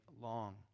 long